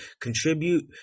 Contribute